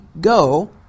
Go